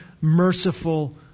merciful